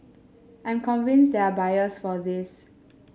I'm convinced there are buyers for this